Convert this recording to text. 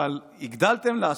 אבל הגדלתם לעשות,